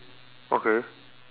okay